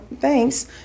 thanks